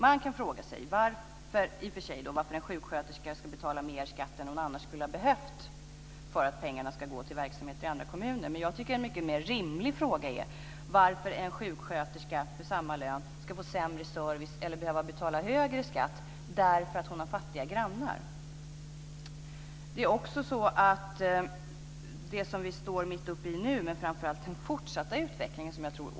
Man kan i och för sig fråga sig varför en sjuksköterska ska betala mer skatt än hon annars skulle ha behövt för att pengarna ska gå till verksamheter i andra kommuner, men jag tycker att en mycket mer rimlig fråga är varför en sjuksköterska med samma lön ska få sämre service eller behöva betala högre skatt därför att hon har fattiga grannar. Vi står nu mitt uppe i detta, men det gäller framför allt den fortsatta utvecklingen.